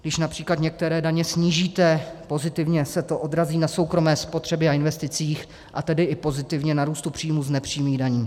Když například některé daně snížíte, pozitivně se to odrazí na soukromé spotřebě a investicích, a tedy i pozitivně na růstu příjmů z nepřímých daní.